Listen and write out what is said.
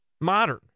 modern